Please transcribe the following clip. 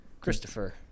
Christopher